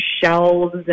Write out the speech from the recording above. shelves